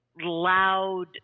loud